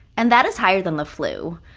and that is higher than the flu.